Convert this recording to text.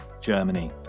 Germany